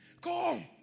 come